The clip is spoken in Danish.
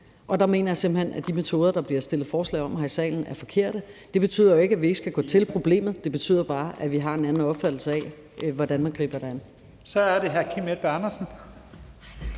og der mener jeg simpelt hen, at de metoder, der bliver stillet forslag om her i salen, er forkerte. Det betyder jo ikke, at vi ikke skal gå til problemet; det betyder bare, at vi har en anden opfattelse af, hvordan man skal gribe det an. Kl. 14:26 Første næstformand